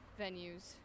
venues